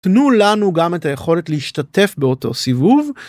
תנו לנו גם את היכולת להשתתף באותו סיבוב.